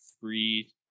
three